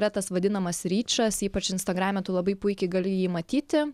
yra tas vadinamas ryčas ypač instagrame tu labai puikiai gali jį matyti